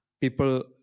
people